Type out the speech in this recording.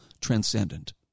transcendent